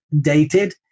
dated